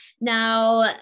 now